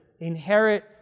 inherit